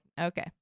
Okay